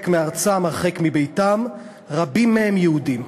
הרחק מארצם, הרחק מביתם, רבים מהם יהודים.